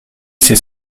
ses